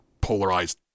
polarized